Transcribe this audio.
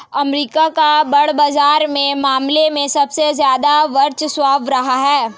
अमरीका का बांड बाजार के मामले में सबसे ज्यादा वर्चस्व रहा है